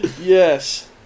Yes